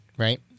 Right